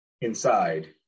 inside